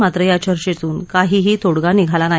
मात्र या चर्चेतून काहीही तोडगा निघाला नाही